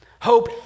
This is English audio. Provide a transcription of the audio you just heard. Hope